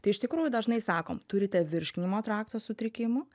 tai iš tikrųjų dažnai sakom turite virškinimo trakto sutrikimų